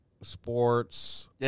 sports